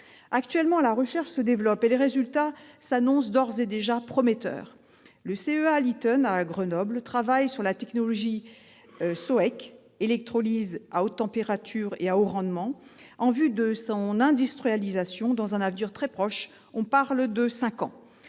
Actuellement, la recherche se développe et les résultats s'annoncent d'ores et déjà prometteurs. Le CEA-Liten à Grenoble travaille sur la technologie SOEC, électrolyse à haute température et à haut rendement, en vue de son industrialisation dans un avenir très proche- on parle de cinq ans.